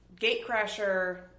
gatecrasher